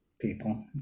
people